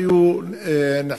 היו נחסכים.